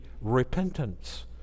repentance